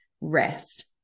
rest